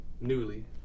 newly